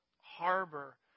harbor